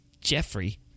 Jeffrey